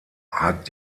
hat